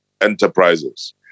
enterprises